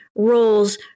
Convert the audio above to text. roles